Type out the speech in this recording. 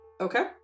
Okay